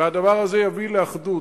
והדבר הזה יביא לאחדות.